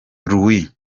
louise